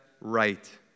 right